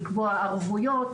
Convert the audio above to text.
לקבוע ערבויות,